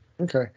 Okay